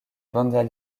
bandai